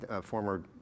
Former